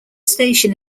station